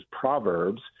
proverbs